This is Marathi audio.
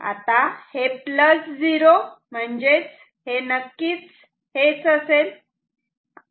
आता हे प्लस 0 म्हणजेच हे नक्कीच हेच असेल